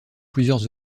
plusieurs